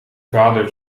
vader